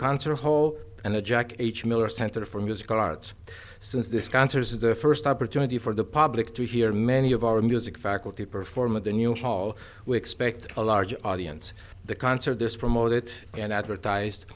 concert hall and a jack h miller center for music and arts since this concert is the first opportunity for the public to hear many of our music faculty perform at the new hall we expect a large audience the concert this promoted and advertised